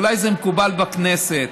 אולי זה מקובל בכנסת,